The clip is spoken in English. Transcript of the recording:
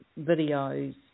videos